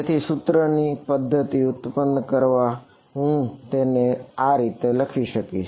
તેથી સૂત્રોની પદ્ધતિ ઉત્પન્ન કરવા હું તેને રીતે લખી શકીશ